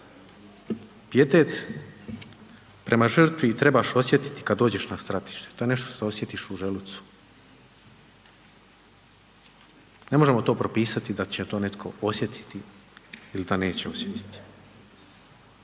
Pijetet prema žrtvi trebaš osjetiti kad dođeš na stratište, to je nešto što osjetiš u želucu. Ne možemo to propisati da će to netko osjetiti ili da neće osjetiti.